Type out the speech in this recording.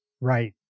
Right